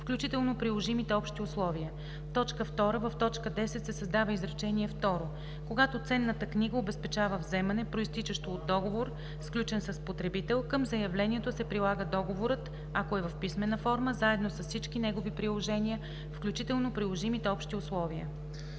включително приложимите общи условия“. 2. В т. 10 се създава изречение второ: „Когато ценната книга обезпечава вземане, произтичащо от договор, сключен с потребител, към заявлението се прилага договорът, ако е в писмена форма, заедно с всички негови приложения, включително приложимите общи условия.“.“